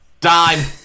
dime